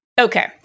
okay